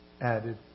added